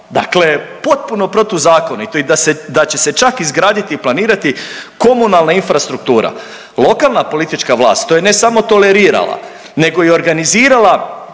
dakle potpuno protuzakonito i da će se čak izgraditi i planirati komunalna infrastruktura. Lokalna politička vlast to je ne samo tolerirala nego i organizirala